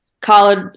college